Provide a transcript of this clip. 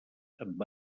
amb